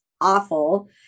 awful